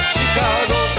Chicago